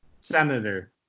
Senator